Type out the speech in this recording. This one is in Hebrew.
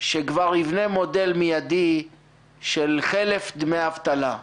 שכבר יבנה מודל מידי של חלף דמי אבטלה,